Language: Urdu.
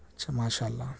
اچھا ماشاء اللہ